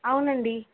అవునండి